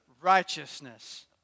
righteousness